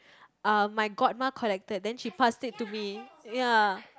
uh my godma collected then she passed it to me ya